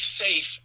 safe